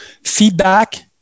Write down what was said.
feedback